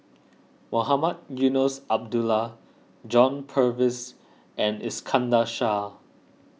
Mohamed Eunos Abdullah John Purvis and Iskandar Shah